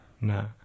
No